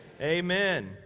Amen